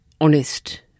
honest